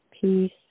Peace